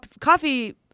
coffee